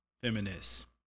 feminist